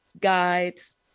guides